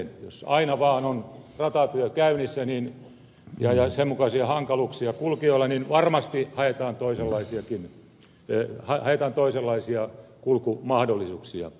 jos aina vaan on ratatyö käynnissä ja sen mukaisia hankaluuksia kulkijoilla niin varmasti haetaan toisenlaisia kulkumahdollisuuksia